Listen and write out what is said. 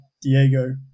Diego